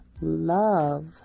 love